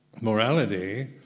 morality